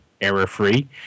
error-free